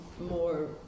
more